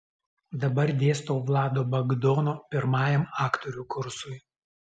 dabar dėstau vlado bagdono pirmajam aktorių kursui